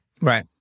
Right